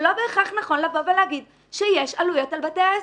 זה לא בהכרח נכון לבוא ולומר שיש עלויות על בתי העסק.